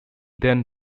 then